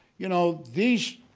you know these.